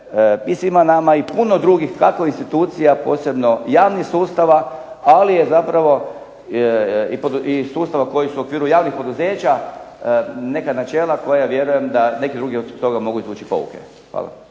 i svima nama i puno drugih kako institucija, posebno javnih sustava ali je zapravo i sustava koja su u okviru javnih poduzeća, neka načela koja vjerujem da neki drugi iz toga mogu izvući pouke. Hvala.